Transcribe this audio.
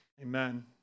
Amen